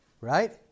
right